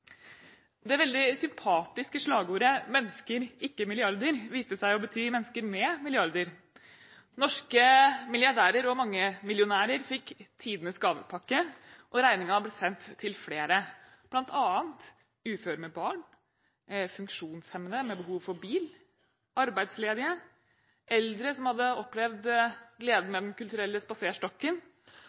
seg. Det veldig sympatiske slagordet «Mennesker, ikke milliarder» viste seg å bety «Mennesker med milliarder». Norske milliardærer og mangemillionærer fikk tidenes gavepakke, og regningen ble sendt til flere, bl.a. uføre med barn, funksjonshemmede med behov for bil, arbeidsledige, eldre som hadde opplevd gleden ved Den kulturelle spaserstokken,